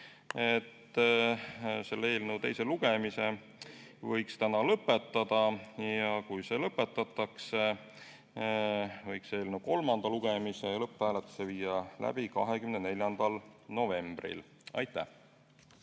et selle eelnõu teise lugemise võiks täna lõpetada. Ja kui see lõpetatakse, võiks eelnõu kolmanda lugemise ja lõpphääletuse viia läbi 24. novembril. Aitäh!